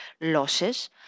losses